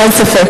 אין ספק.